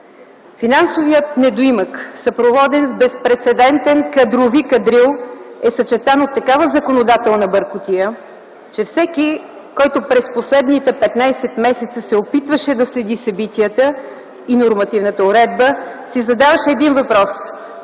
Финансовият недоимък, съпроводен с безпрецедентен кадрови кадрил, е съчетан с такава законодателна бъркотия, че всеки, който през последните 15 месеца се опитваше да следи събитията и нормативната уредба, си задаваше един въпрос: